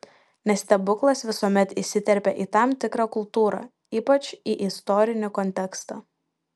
nes stebuklas visuomet įsiterpia į tam tikrą kultūrą ypač į istorinį kontekstą